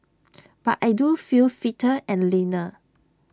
but I do feel fitter and leaner